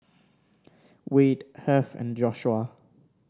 Wayde Heath and Joshua